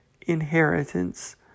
inheritance